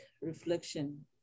reflection